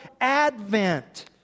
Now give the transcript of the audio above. advent